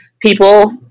People